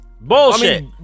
bullshit